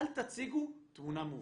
אל תציגו תמונה מעוותת.